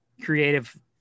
creative